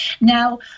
Now